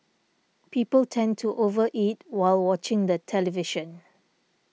people tend to over eat while watching the television